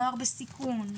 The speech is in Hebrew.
נוער בסיכון,